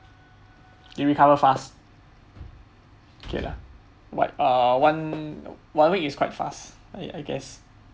you recovered fast okay lah on~ uh one one week is quite fast I I guess